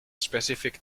specific